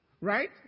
Right